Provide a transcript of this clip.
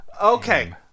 Okay